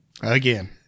Again